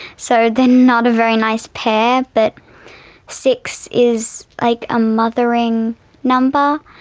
so they're not a very nice pair, but six is like a mothering number,